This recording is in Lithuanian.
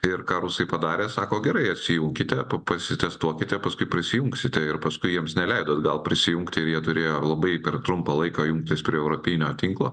ir ką rusai padarė sako gerai atsijunkite pasitestuokite paskui prisijungsite ir paskui jiems neleido atgal prisijungti ir jie turėjo labai per trumpą laiką jungtis prie europinio tinklo